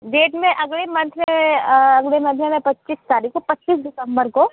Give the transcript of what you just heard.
date मैं अगले month में अगले मंथ में मैं पच्चीस तारीख़ को पच्चीस दिसंबर को